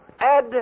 Ed